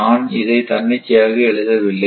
நான் இதை தன்னிச்சையாக எழுதவில்லை